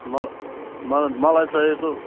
मला मला मलाई चाहिएको